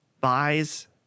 buys